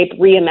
reimagine